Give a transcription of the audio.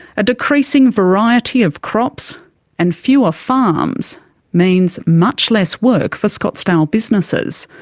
a decreasing variety of crops and fewer farms means much less work for scottsdale businesses.